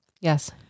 Yes